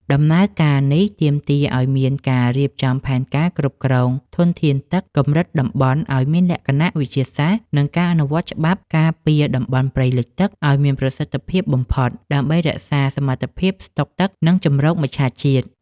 ដំណើរការនេះទាមទារឱ្យមានការរៀបចំផែនការគ្រប់គ្រងធនធានទឹកកម្រិតតំបន់ឱ្យមានលក្ខណៈវិទ្យាសាស្ត្រ និងការអនុវត្តច្បាប់ការពារតំបន់ព្រៃលិចទឹកឱ្យមានប្រសិទ្ធភាពបំផុត ដើម្បីរក្សាសមត្ថភាពស្តុកទឹក និងជម្រកមច្ឆជាតិ។